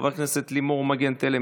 חברת הכנסת לימור מגן תלם,